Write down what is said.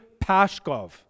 Pashkov